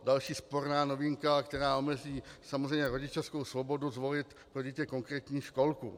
Další sporná novinka, která omezí samozřejmě rodičovskou svobodu zvolit pro dítě konkrétní školku.